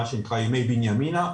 מה שנקרא "ימי בנימינה".